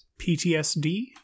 PTSD